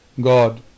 God